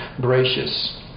gracious